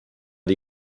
die